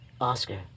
Oscar